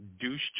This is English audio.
douche